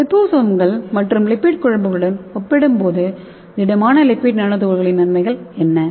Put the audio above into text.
லிபோசோம்கள் மற்றும் லிப்பிட் குழம்புகளுடன் ஒப்பிடும்போது திடமான லிப்பிட் நானோ துகள்களின் நன்மைகள் என்ன